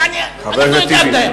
יעני, אנחנו נדאג להם.